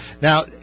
Now